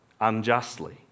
unjustly